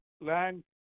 Land